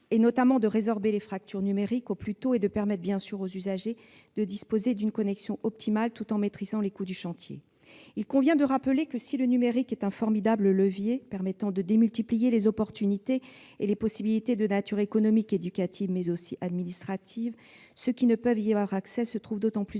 est de résorber les fractures numériques au plus tôt et de permettre aux usagers de disposer d'une connexion optimale, tout en maîtrisant les coûts du chantier. Il convient de rappeler que, si le numérique est un formidable levier permettant de démultiplier les opportunités et les possibilités de nature économique, éducative ou encore administrative, ceux qui ne peuvent y avoir accès se trouvent d'autant plus